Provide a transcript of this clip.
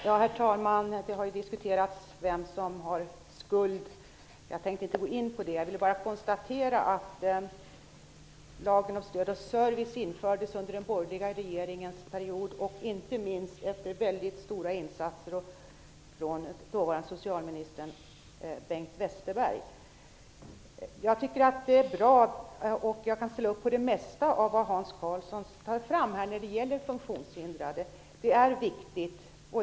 Herr talman! Det har ju diskuterats vem som bär skulden. Jag tänkte inte gå in på det. Jag vill bara konstatera att lagen om stöd och service infördes under den borgerliga regeringen, inte minst efter mycket stora insatser av den dåvarande socialministern Bengt Westerberg. Jag kan ställa upp på det mesta som Hans Karlsson tar upp när det gäller de funktionshindrade. Det är viktigt.